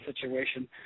situation